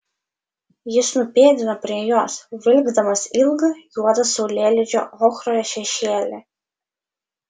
jis nupėdino prie jos vilkdamas ilgą juodą saulėlydžio ochroje šešėlį